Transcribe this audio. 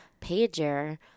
Pager